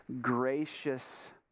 gracious